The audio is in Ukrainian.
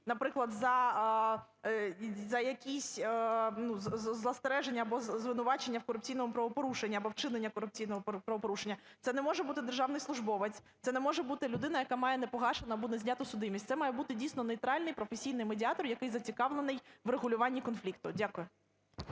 наприклад, за якісь застереження або звинувачення в корупційному правопорушенні, або вчиненні корупційного правопорушення. Це не може бути державний службовець, це не може бути людина, яка має не погашену або не зняту судимість. Це має бути дійсно нейтральний професійний медіатор, який зацікавлений у врегулюванні конфлікту. Дякую.